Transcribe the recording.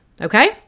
Okay